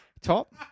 top